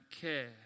care